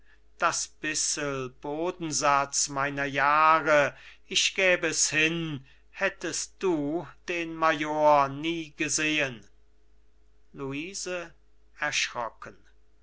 luise das bissel bodensatz meiner jahre ich gäb es hin hättest du den major nie gesehen luise